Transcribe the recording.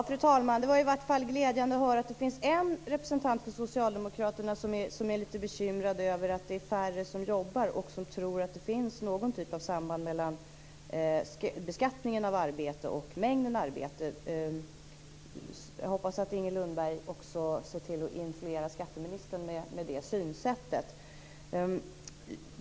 Fru talman! Det var i alla fall glädjande att höra att det finns en representant för socialdemokraterna som är litet bekymrad över att det är färre som jobbar och som tror att det finns någon typ av samband mellan beskattningen av arbete och mängden arbete. Jag hoppas att Inger Lundberg också influerar skatteministern med det synsättet.